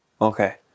Okay